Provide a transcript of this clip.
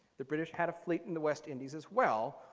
the british had a fleet in the west indies as well,